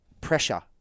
pressure